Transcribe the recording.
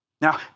Now